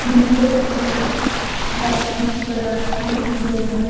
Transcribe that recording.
हमको गाड़ी बुक करानी थी इंदौर में